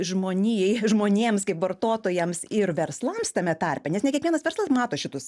žmonijai žmonėms kaip vartotojams ir verslams tame tarpe nes ne kiekvienas verslas mato šitus